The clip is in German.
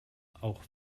auch